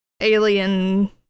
alien